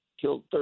killed